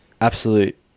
absolute